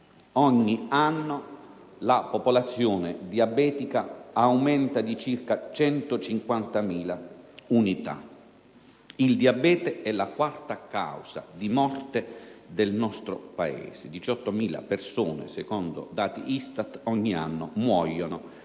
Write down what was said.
Ogni anno la popolazione diabetica aumenta di circa 150.000 unità. Il diabete è la quarta causa di morte del nostro Paese: 18.000 persone - secondo dati ISTAT - ogni anno muoiono